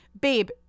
Babe